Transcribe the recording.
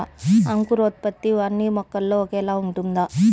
అంకురోత్పత్తి అన్నీ మొక్కల్లో ఒకేలా ఉంటుందా?